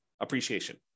appreciation